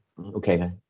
okay